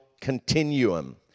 continuum